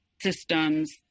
systems